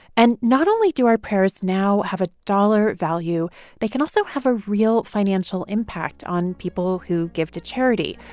and not only do our prayers now have a dollar value they can also have a real financial impact on people who give to charity.